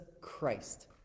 christ